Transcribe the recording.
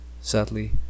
sadly